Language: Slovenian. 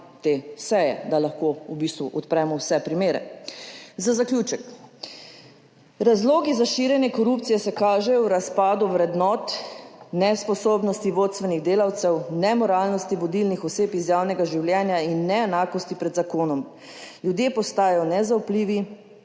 te seje, da lahko v bistvu odpremo vse primere. Za zaključek. Razlogi za širjenje korupcije se kažejo v razpadu vrednot, nesposobnosti vodstvenih delavcev, nemoralnosti vodilnih oseb iz javnega življenja in neenakosti pred zakonom. Ljudje postajajo nezaupljivi,